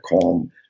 calm